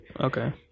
Okay